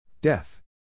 Death